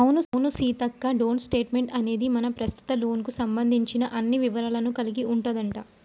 అవును సీతక్క డోంట్ స్టేట్మెంట్ అనేది మన ప్రస్తుత లోన్ కు సంబంధించిన అన్ని వివరాలను కలిగి ఉంటదంట